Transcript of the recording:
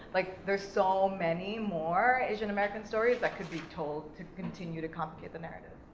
like there's so many more asian american stories that could be told to continue to complicate the narrative.